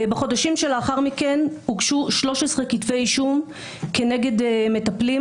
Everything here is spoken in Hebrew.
בחודשים שלאחר מכן הוגשו 13 כתבי אישום נגד מטפלים